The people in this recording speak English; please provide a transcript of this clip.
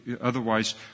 Otherwise